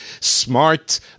smart